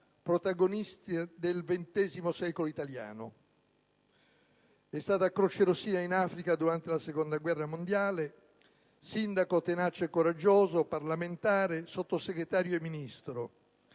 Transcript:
protagonista del XX secolo italiano. Crocerossina in Africa durante la Seconda guerra mondiale. Sindaco tenace e coraggioso. Parlamentare. Sottosegretario e Ministro.